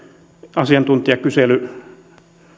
asiantuntijakysely